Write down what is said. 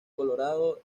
colorado